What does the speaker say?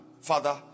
Father